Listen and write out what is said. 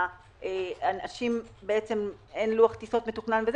שלאנשים בעצם אין לוח טיסות מתוכנן,